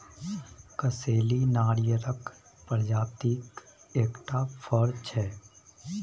कसैली नारियरक प्रजातिक एकटा फर छै